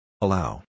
Allow